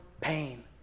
pain